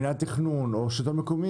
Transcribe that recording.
מינהל התכנון או הרשות המקומית,